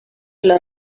les